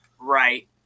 right